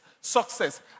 success